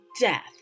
death